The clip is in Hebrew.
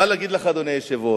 מה להגיד לך, אדוני היושב-ראש?